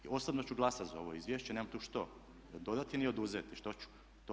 Osobno ću glasat za ovo izvješće, nemam tu što dodati ni oduzeti, što ću.